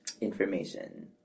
information